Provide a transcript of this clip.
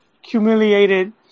humiliated